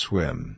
Swim